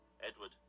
Edward